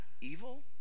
evil